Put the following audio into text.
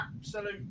absolute